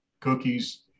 cookies